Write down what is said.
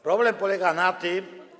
Problem polega na tym.